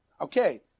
Okay